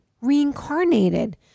reincarnated